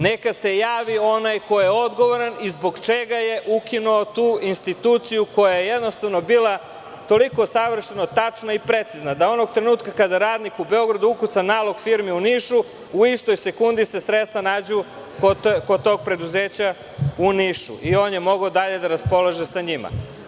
Neka se javi onaj koji je odgovoran i zbog čega je ukinuo tu instituciju koja je jednostavno bila toliko savršeno tačna i precizna, da onog trenutka kada radnik u Beogradu ukuca nalog firmi u Nišu, u istoj sekundi se sredstva nađu kod tog preduzeća u Nišu i on je mogao dalje da raspolaže sa njima.